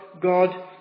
God